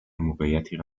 موقعیتی